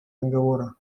договора